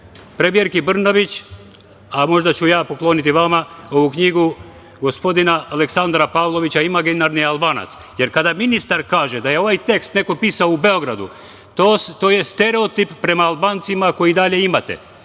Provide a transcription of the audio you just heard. premijerki Brnabić, a možda ću ja pokloniti vama ovu knjigu gospodina Aleksandra Pavlovića „Imaginarni Albanac“, jer kada ministar kaže da je ovaj tekst neko pisao u Beogradu to je stereotip prema Albancima koji i dalje imate.